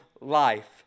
life